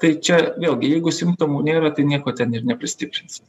tai čia vėlgi jeigu simptomų nėra tai nieko ten ir nepristiprinsi